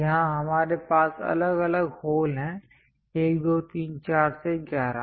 यहां हमारे पास अलग अलग होल हैं 1 2 3 4 से 11